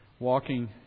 walking